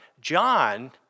John